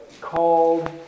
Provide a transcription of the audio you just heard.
called